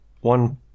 one